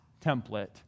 template